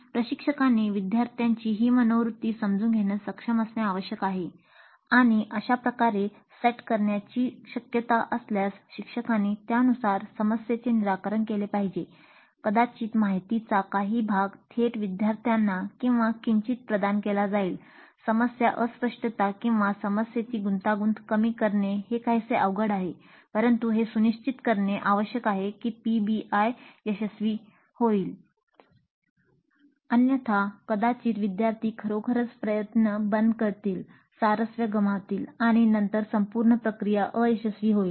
प्रशिक्षकांनी विद्यार्थ्यांची ही मनोवृत्ती समजून घेण्यास सक्षम असणे आवश्यक आहे आणि अशा प्रकारे सेट करण्याची शक्यता असल्यास शिक्षकांनी त्यानुसार समस्येचे निराकरण केले पाहिजे कदाचित माहितीचा काही भाग थेट विद्यार्थ्यांना किंवा किंचित प्रदान केला जाईल समस्येची अस्पष्टता किंवा समस्येची गुंतागुंत कमी करणे हे काहीसे अवघड आहे परंतु हे सुनिश्चित करणे आवश्यक आहे तर पीबीआय यशस्वी होईल अन्यथा कदाचित विद्यार्थी खरोखरच प्रयत्न बंद करतील स्वारस्य गमावतील आणि नंतर संपूर्ण प्रक्रिया अयशस्वी होईल